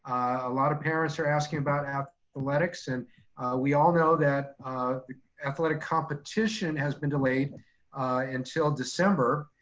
a lot of parents are asking about athletics and we all know that the athletic competition has been delayed until december.